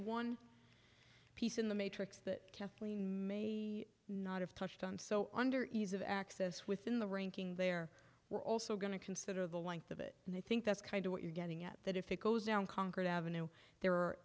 one piece in the matrix that kathleen may not have touched on so under ease of access within the ranking there we're also going to consider the length of it and i think that's kind of what you're getting at that if it goes down congress avenue the